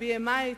"בי.אם.איי",